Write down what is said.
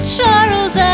Charles